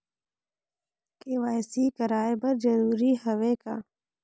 KYC कराय बर जरूरी हवे का?